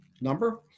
number